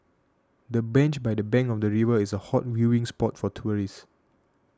the bench by the bank of the river is a hot viewing spot for tourists